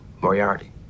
Moriarty